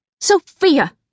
Sophia